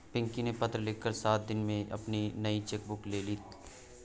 पिंकी ने पत्र लिखकर सात दिन में ही अपनी नयी चेक बुक ले ली